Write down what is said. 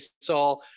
saw